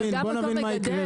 בוא נבין מה יקרה פה .